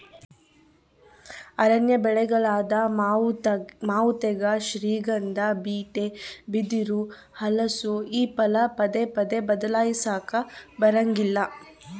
ಅರಣ್ಯ ಬೆಳೆಗಳಾದ ಮಾವು ತೇಗ, ಶ್ರೀಗಂಧ, ಬೀಟೆ, ಬಿದಿರು, ಹಲಸು ಈ ಫಲ ಪದೇ ಪದೇ ಬದ್ಲಾಯಿಸಾಕಾ ಬರಂಗಿಲ್ಲ